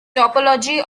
topology